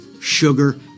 sugar